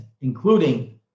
including